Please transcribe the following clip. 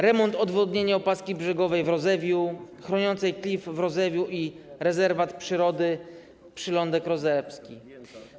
Remont odwodnienia opaski brzegowej w Rozewiu, chroniącej klif w Rozewiu i rezerwat przyrody Przylądek Rozewski.